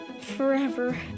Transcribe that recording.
forever